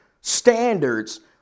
standards